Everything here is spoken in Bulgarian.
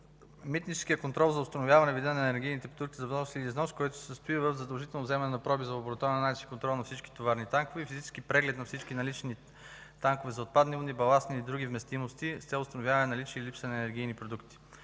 Митническият контрол за установяване вида на енергийните продукти за внос и износ, се състои в задължително вземане на проби за лабораторен анализ и контрол на всички товарни танкове и физически преглед на всички налични танкове за отпадни води, баластни и други вместимости се установява наличие и липса на енергийни продукти.